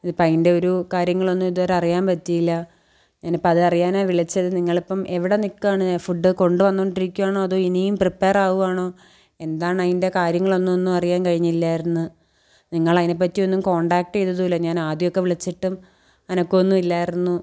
ഇതിപ്പം അതിൻ്റെ ഒരു കാര്യങ്ങളൊന്നുവിതുവരെ അറിയാൻ പറ്റീല്ല ഞാനിപ്പം അതറിയാനാണ് വിളിച്ചത് നിങ്ങളിപ്പം എവിടെ നിക്കാണ് അ ഫുഡ്ഡ് കൊണ്ട്വന്നോണ്ടിരിയ്ക്കാണോ അതൊ ഇനീം പ്രിപ്പെയറാവാണോ എന്താണതിൻ്റെ കാര്യങ്ങളൊന്നൊന്നുവറിയാൻ കഴിഞ്ഞില്ലായിരുന്നു നിങ്ങളൈനേപ്പറ്റിയൊന്നും കോണ്ടാക്റ്റ് ചെയ്തതുവില്ല ഞാനാദ്യൊക്കെ വിളിച്ചിട്ടും അനക്കവൊന്നു ഇല്ലായിരുന്നു